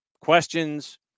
questions